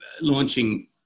launching